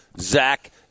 Zach